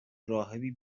راهبی